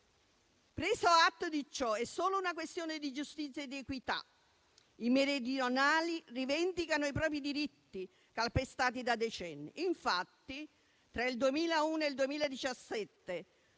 Preso atto di ciò, è solo una questione di giustizia e di equità. I meridionali rivendicano i propri diritti calpestati da decenni. Infatti, tra il 2001 e il 2017,